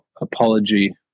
apology